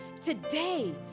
today